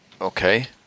okay